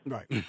Right